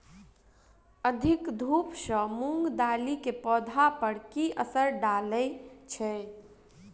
अधिक धूप सँ मूंग दालि केँ पौधा पर की असर डालय छै?